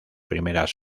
primeras